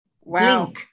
Wow